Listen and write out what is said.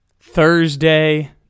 Thursday